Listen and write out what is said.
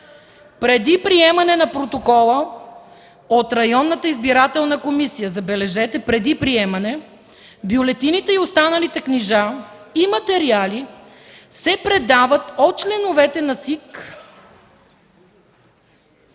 преди приемане на протокола от районната избирателна комисия, забележете, преди приемане – бюлетините и останалите книжа и материали се предават от членовете на СИК,